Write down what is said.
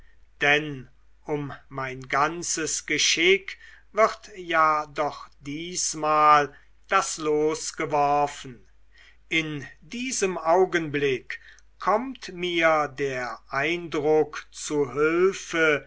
denn um mein ganzes geschick wird ja doch diesmal das los geworfen in diesem augenblick kommt mir der eindruck zu hülfe